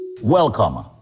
welcome